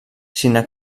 siguin